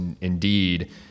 indeed